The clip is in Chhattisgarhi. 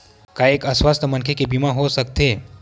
का एक अस्वस्थ मनखे के बीमा हो सकथे?